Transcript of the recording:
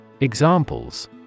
Examples